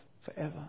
forever